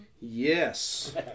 Yes